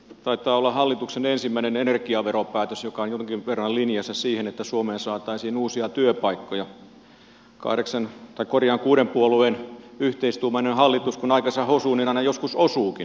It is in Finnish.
taitaa olla hallituksen ensimmäinen energiaveropäätös joka on jonkin verran linjassa siihen että suomeen saataisiin uusia työpaikkoja kuuden puolueen yhteistuumainen hallitus kun aikansa hosuu niin aina joskus osuukin